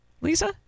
Lisa